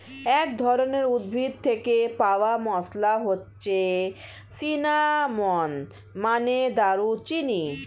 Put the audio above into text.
এক ধরনের উদ্ভিদ থেকে পাওয়া মসলা হচ্ছে সিনামন, মানে দারুচিনি